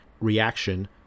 reaction